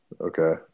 Okay